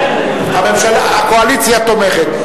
הקואליציה תומכת.